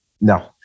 No